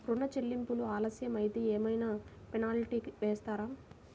ఋణ చెల్లింపులు ఆలస్యం అయితే ఏమైన పెనాల్టీ వేస్తారా?